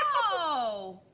oh!